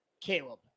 Caleb